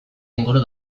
inguru